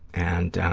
and